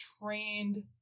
trained